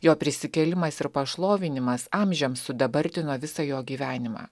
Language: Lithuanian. jo prisikėlimas ir pašlovinimas amžiams sudabartino visą jo gyvenimą